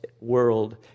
world